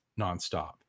nonstop